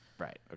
Right